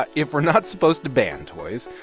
but if we're not supposed to ban toys,